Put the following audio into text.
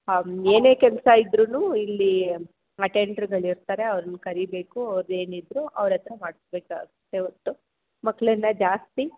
ಹಾಂ ಏನೇ ಕೆಲಸ ಇದ್ರೂ ಇಲ್ಲಿ ಅಟೆಂಡ್ರ್ಗಳು ಇರ್ತಾರೆ ಅವ್ರನ್ನು ಕರಿಬೇಕು ಅದೇನಿದ್ರೂ ಅವ್ರ ಹತ್ರ ಮಾಡಿಸ್ಬೇಕಾಗುತ್ತೆ ಹೊರ್ತು ಮಕ್ಳನ್ನು ಜಾಸ್ತಿ